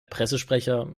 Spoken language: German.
pressesprecher